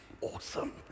awesome